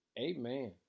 amen